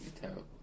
terrible